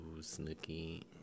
Snooky